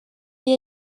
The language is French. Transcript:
elle